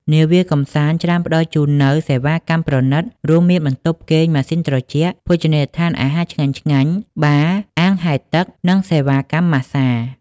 នាវាកម្សាន្តជាច្រើនផ្តល់ជូននូវសេវាកម្មប្រណិត រួមមានបន្ទប់គេងម៉ាស៊ីនត្រជាក់ ភោជនីយដ្ឋានអាហារឆ្ងាញ់ៗ បារ អាងហែលទឹក និងសេវាកម្មម៉ាស្សា។